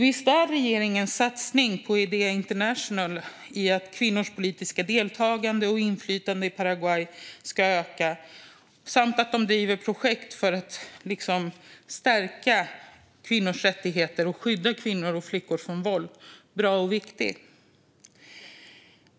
Visst är regeringens satsning på Idea International i att kvinnors politiska deltagande och inflytande i Paraguay ska öka samt att de driver projekt för att stärka kvinnors rättigheter och skydda kvinnor och flickor från våld bra och viktigt.